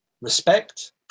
Respect